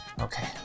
Okay